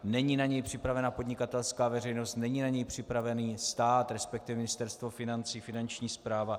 Není na něj připravena podnikatelská veřejnost, není na něj připravený stát, respektive Ministerstvo financí, Finanční správa.